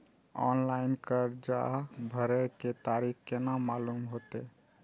Online कर्जा भरे के तारीख केना मालूम होते?